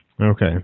Okay